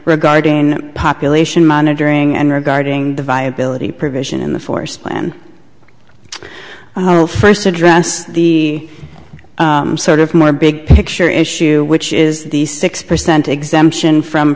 regarding population monitoring and regarding the viability provision in the forest plan i will first address the sort of more big picture issue which is the six percent exemption f